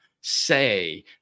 say